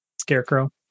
scarecrow